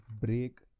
break